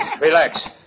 Relax